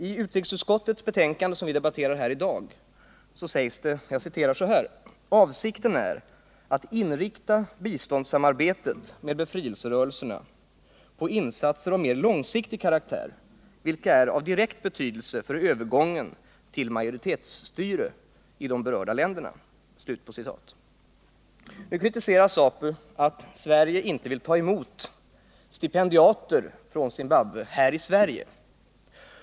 I utrikesutskottets betänkande, som vi debatterar här i dag, heter det: ”—--- avsikten är att inrikta biståndssamarbetet med befrielserörelserna på insatser av mer långsiktig karaktär vilka är av direkt betydelse för övergången till majoritetsstyre i de berörda länderna.” Nu kritiserar ZAPU att Sverige inte vill ta emot stipendiater från Zimbabwe här i Sverige.